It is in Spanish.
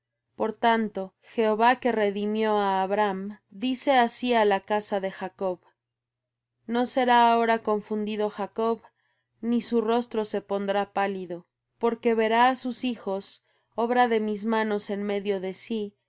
por tanto jehová que redimió á abraham dice así á la casa de jacob no será ahora confundido jacob ni su rostro se pondrá pálido porque verá á sus hijos obra de mis manos en medio de sí que